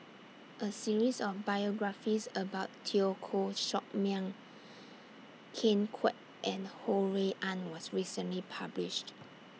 A series of biographies about Teo Koh Sock Miang Ken Kwek and Ho Rui An was recently published